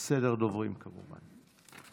יש סדר דוברים, כמובן.